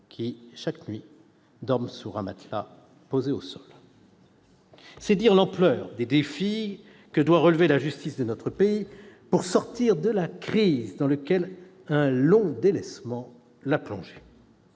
800 détenus dorment sur un matelas posé à même le sol. C'est dire l'ampleur des défis que doit relever la justice de notre pays pour sortir de la crise dans laquelle un long délaissement l'a plongée.